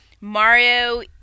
Mario